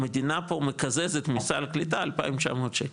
מדינה פה מקזזת מסל קליטה 2,900 שקל,